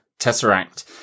Tesseract